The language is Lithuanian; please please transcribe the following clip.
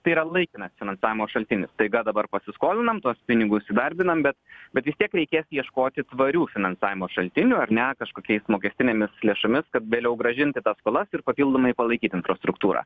tai yra laikinas finansavimo šaltinis staiga dabar pasiskolinam tuos pinigus įdarbinam bet bet vis tiek reikia ieškoti tvarių finansavimo šaltinių ar ne kažkokiais mokestinėmis lėšomis kad vėliau grąžinti tas skolas ir papildomai palaikyt infrastruktūrą